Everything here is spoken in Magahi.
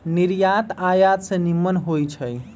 निर्यात आयात से निम्मन होइ छइ